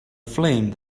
flame